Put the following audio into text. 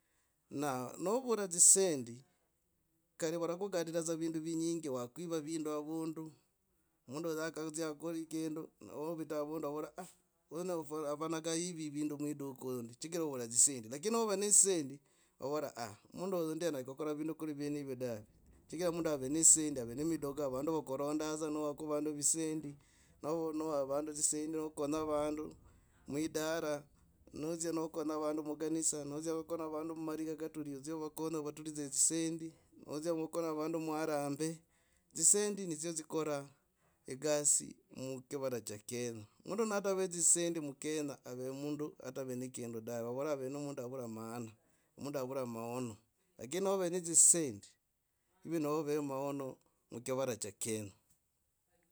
Na, novura dzisendi kari varakugatra dza vindu vinyingi wakwiva vindu avundu, mundu avedza kari dzia akoli kindu novita avundu vavoraa aah. uyu afwana karui vindu mwiduka oyo chigira ovura dzisendi. Lakini nove na dzisendi vavora aah mundu huyo ndio anyera kukora vindu kuri vyenevyo dahe. chigira mundu ave na dzisendi. ave ni midoga vandu vakuranda dza nowako vandu visendi. ave ni midoga vandu vakuranda dza nowako vandu visendi. Nova niwava vandu dzisendi nokonya vandu mwidara. nodzia nokonya vandu muganisa. nodzia nokona vandu mumarika katuli odzia wakonya vatulidza dzisendi nodzia kukonya vandu mu haramb odzisendi nidzio dzikora egasi muchivara cha kenya. Mundu natava dzisendi mukenya ave mundu ave mundu ata ave ne kindu dave vavora ave mundu avura maana. mundu avura maono. Lakini nove dzisendi ni nove maona mukivara cha kenya